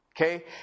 okay